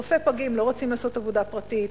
רופאי פגים לא רצים לעשות עבודה פרטית,